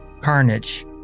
Carnage